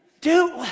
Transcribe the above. Dude